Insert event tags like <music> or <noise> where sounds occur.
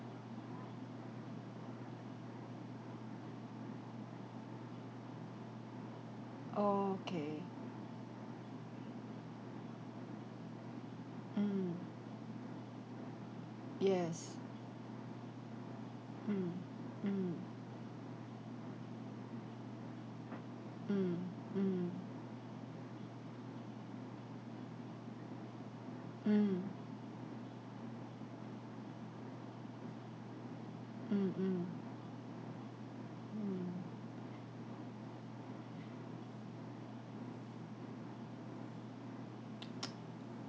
okay mm yes mm mm mm mm mm mm mm hmm <noise>